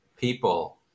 people